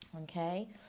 okay